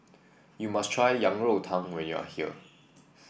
you must try Yang Rou Tang when you are here